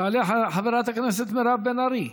תעלה חברת הכנסת מירב בן ארי,